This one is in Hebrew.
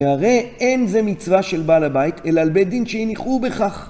והרי אין זה מצווה של בעל הבית אלא על בית דין שהניחוהו בכך